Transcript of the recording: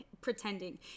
pretending